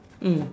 mm